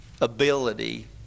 ability